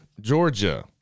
Georgia